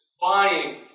buying